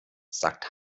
sagt